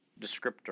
descriptor